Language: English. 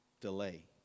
delay